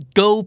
go